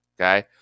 okay